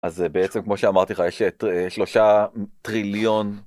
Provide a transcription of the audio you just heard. אז בעצם, כמו שאמרתי לך, יש שלושה טריליון.